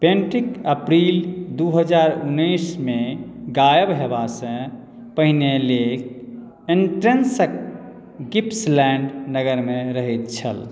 पेन्टिक April दू हजार उन्नैस मे गायब होयबासँ पहिने लेक एन्ट्रेन्सक गिप्सलैण्ड नगरमे रहैत छल